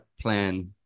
plan